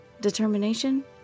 Determination